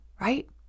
right